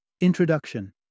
Introduction